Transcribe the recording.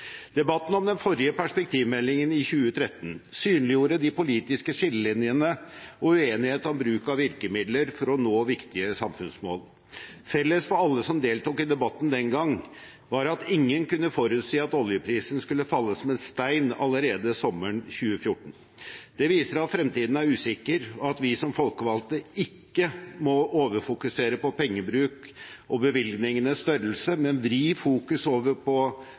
Debatten om den forrige perspektivmeldingen, i 2013, synliggjorde de politiske skillelinjene og uenighet om bruk av virkemidler for å nå viktige samfunnsmål. Felles for alle som deltok i debatten den gang, var at ingen kunne forutsi at oljeprisen skulle falle som en stein allerede sommeren 2014. Det viser at fremtiden er usikker, og at vi som folkevalgte ikke må overfokusere på pengebruk og bevilgningenes størrelse, men vri fokus over på